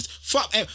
fuck